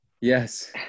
Yes